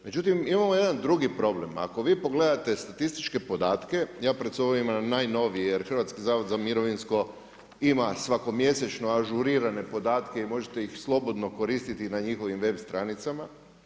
Međutim imamo jedan drugi problem, ako vi pogledate statističke podatke, ja pred sobom imam najnovije jer Hrvatski zavod za mirovinsko ima svako mjesečno ažurirane podatke i možete ih slobodno koristiti na njihovim web stranicama.